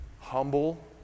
Humble